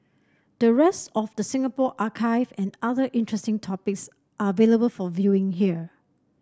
the rest of the Singapore archive and other interesting topics are available for viewing here